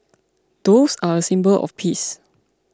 doves are a symbol of peace